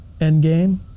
Endgame